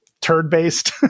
turd-based